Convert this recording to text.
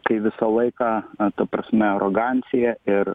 kai visą laiką ta prasme arogancija ir